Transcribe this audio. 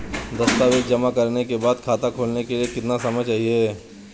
दस्तावेज़ जमा करने के बाद खाता खोलने के लिए कितना समय चाहिए?